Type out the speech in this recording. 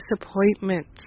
disappointments